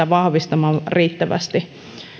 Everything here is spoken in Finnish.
vahvistamaan riittävästi